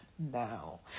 now